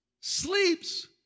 sleeps